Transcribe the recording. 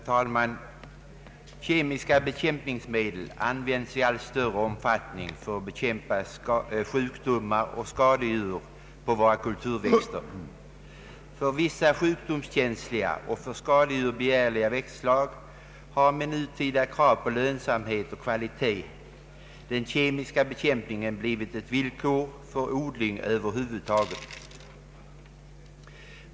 Herr talman! Kemiska bekämpningsmedel används i allt större omfattning för att bekämpa sjukdomar och skadedjur på våra kulturväxter. För vissa sjukdomskänsliga och för skadedjur begärliga växtslag har, med nutida krav på lönsamhet och kvalitet, den kemiska bekämpningen blivit ett villkor för odling över huvud taget.